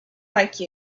like